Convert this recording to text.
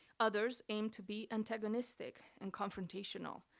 others aim to be antagonistic and confrontational.